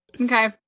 Okay